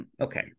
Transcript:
Okay